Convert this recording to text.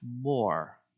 more